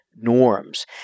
norms